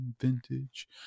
Vintage